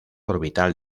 orbital